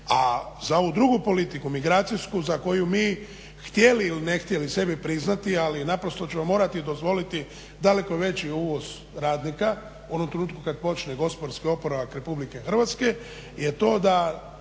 A za ovu drugu politiku migracijsku za koju mi htjeli ili ne htjeli sebi priznati ali naprosto ćemo morati dozvoliti daleko veći uvoz radnika u onom trenutku kad počne gospodarski oporavak Republike Hrvatske je to da